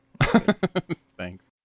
Thanks